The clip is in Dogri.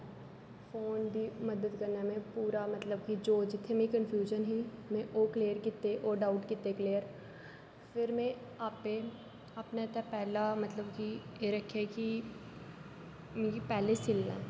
फौन दी मदद कन्ने में पुरा में मतलब कि जो जित्थै मने गी कन्फुयन ही में ओह् क्लेयर कीते ओह् डाउट कीते क्लेयर फिर में आपे अपने हत्थे पहले मतलब कि ऐ रक्खेआ कि मिगी पैहलें सिलना